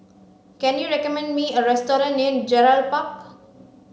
can you recommend me a restaurant near Gerald Park